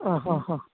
ആഹാഹാ